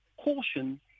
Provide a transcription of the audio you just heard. caution